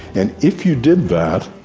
and if you did that,